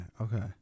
okay